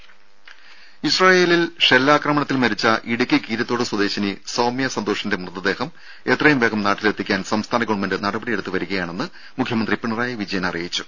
ദേദ ഇസ്രായേലിൽ ഷെല്ലാക്രമണത്തിൽമരിച്ച ഇടുക്കി കീരിത്തോട് സ്വദേശിനി സൌമ്യ സന്തോഷിന്റെ മൃതദേഹം എത്രയുംവേഗം നാട്ടിലെത്തിക്കാൻ സംസ്ഥാന ഗവൺമെന്റ് നടപടിയെടുത്തുവരികയാണെന്ന് മുഖ്യമന്ത്രി പിണറായി വിജയൻ അറിയിച്ചു